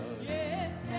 Yes